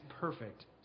perfect